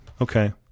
Okay